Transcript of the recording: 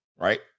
Right